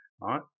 right